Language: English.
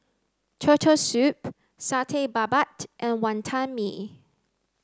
turtle soup Satay Babat and Wantan Mee